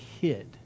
hid